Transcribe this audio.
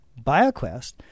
BioQuest